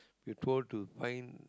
you told to find